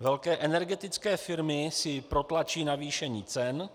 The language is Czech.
Velké energetické firmy si protlačí navýšení cen,